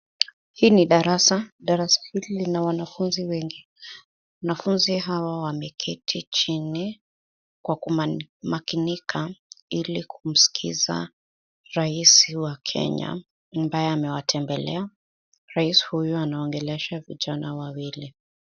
Hii ni darasa. Darasa hili lina wanafunzi wengi. Wanafunzi hawa wameketi chini kwa kumakinika ili kumsikiza rais wa Kenya ambaye amewatembelea. Rais huyu anaongelesha vijana wawili.